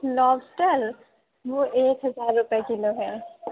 لوگسٹر وہ ایک ہزار روپیے کلو ہے